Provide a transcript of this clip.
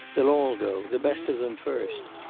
they'll all go, the best of them first.